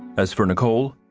as for nicole,